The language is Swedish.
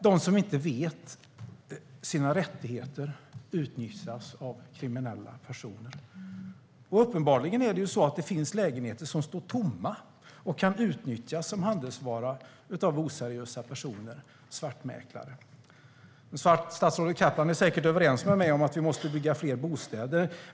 De som inte vet sina rättigheter utnyttjas av kriminella personer. Uppenbarligen är det så att det finns lägenheter som står tomma och som kan utnyttjas som handelsvara av oseriösa personer - svartmäklare. Statsrådet Kaplan är säkert överens med mig om att vi måste bygga fler bostäder.